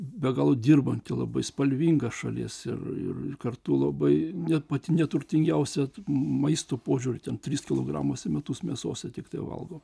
be galo dirbanti labai spalvinga šalis ir kartu labai net pati neturtingiausia maisto požiūriu ten tris kilogramus metus mėsos jie tiktai valgo